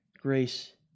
grace